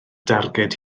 darged